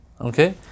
okay